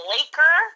Laker